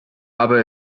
aber